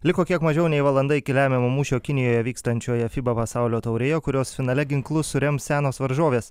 liko kiek mažiau nei valanda iki lemiamo mūšio kinijoje vykstančioje fiba pasaulio taurėje kurios finale ginklus surems senos varžovės